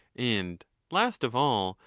and last of all,